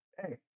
Hey